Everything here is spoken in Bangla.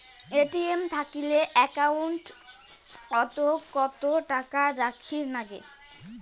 এ.টি.এম থাকিলে একাউন্ট ওত কত টাকা রাখীর নাগে?